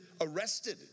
arrested